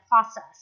process